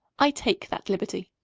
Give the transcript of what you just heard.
i take that liberty.